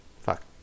Fuck